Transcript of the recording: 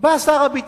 בא שר הביטחון,